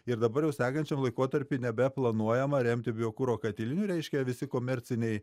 ir dabar jau sekančiam laikotarpiui nebeplanuojama remti biokuro katilinių reiškia visi komerciniai